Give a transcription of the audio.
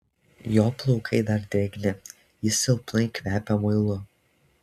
jo plaukai dar drėgni jis silpnai kvepia muilu